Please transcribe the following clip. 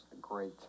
great